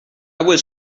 was